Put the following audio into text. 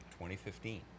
2015